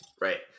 Right